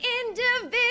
individual